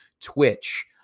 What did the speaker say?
Twitch